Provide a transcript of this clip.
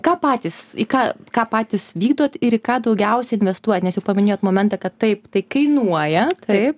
ką patys į ką ką patys vykdot ir į ką daugiausiai investuojat nes jau paminėjot momentą kad taip tai kainuoja taip